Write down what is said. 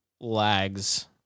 lags